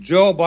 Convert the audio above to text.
Joe